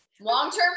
Long-term